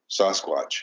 Sasquatch